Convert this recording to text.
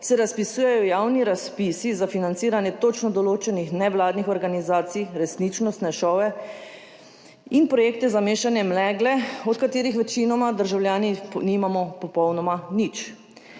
se razpisujejo javni razpisi za financiranje točno določenih nevladnih organizacij, resničnostne šove in projekte za mešanje megle, od katerih večinoma državljani nimamo popolnoma nič.